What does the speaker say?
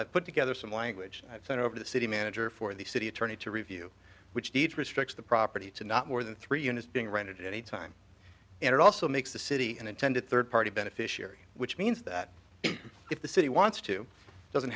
i put together some language i've said over the city manager for the city attorney to review which deed restricts the property to not more than three units being rented anytime and it also makes the city and intended third party beneficiary which means that if the city wants to doesn't